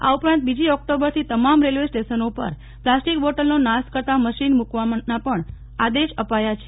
આ ઉપરાંત બીજી ઓક્ટોબરથી તમામ રેલવે સ્ટેશનો પર પ્લાસ્ટિક બોટલનો નાશ કરતા મશીન મુચ્કાવાના પણ આદેશ આપ્યા છે